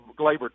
Glaber